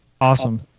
Awesome